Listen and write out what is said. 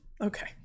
Okay